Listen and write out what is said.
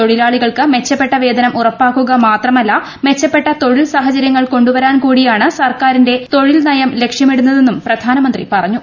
തൊഴിലാളികൾക്ക് മെച്ചപ്പെട്ട വേതനം ഉറപ്പാക്കുക മാത്രമല്ല മെച്ചപ്പെട്ട തൊഴിൽ സാഹചര്യങ്ങൾ കൊണ്ടുവരാൻ കൂടിയാണ് സർക്കാരിന്റെ തൊഴിൽ നയം ലക്ഷൃമിടുന്നതെന്നും പ്രധാനമന്ത്രി പറഞ്ഞു